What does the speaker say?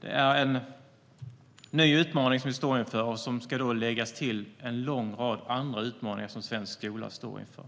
Det är en ny utmaning som vi står inför och som ska läggas till en lång rad andra utmaningar som svensk skola står inför.